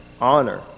honor